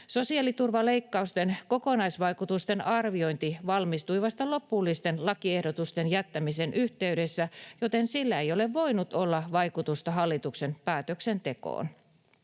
Sosiaaliturvaleikkausten kokonaisvaikutusten arviointi valmistui vasta lopullisten lakiehdotusten jättämisen yhteydessä, joten sillä ei ole voinut olla vaikutusta hallituksen päätöksentekoon.